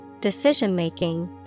decision-making